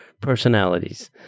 personalities